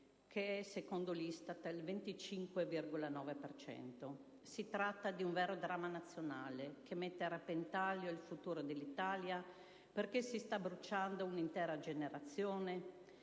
che è secondo l'ISTAT al 25,9 per cento. Si tratta di un vero dramma nazionale, che mette a repentaglio il futuro dell'Italia, perché si sta bruciando un'intera generazione,